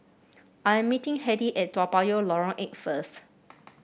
I am meeting Heidy at Toa Payoh Lorong Eight first